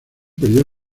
perdió